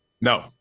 No